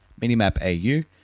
minimapau